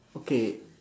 okay